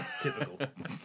typical